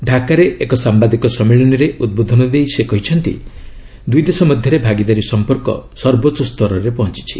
ଢାକାରେ ଏକ ସାମ୍ବାଦିକ ସମ୍ମିଳନୀରେ ଉଦ୍ବୋଧନ ଦେଇ ସେ କହିଛନ୍ତି ଦୁଇ ଦେଶ ମଧ୍ୟରେ ଭାଗିଦାରୀ ସମ୍ପର୍କ ସର୍ବୋଚ୍ଚ ସ୍ତରରେ ପହଞ୍ଚିଛି